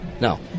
No